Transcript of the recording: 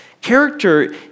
character